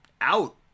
out